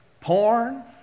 porn